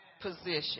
position